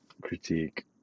critique